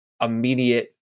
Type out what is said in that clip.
immediate